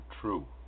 true